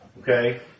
Okay